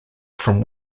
from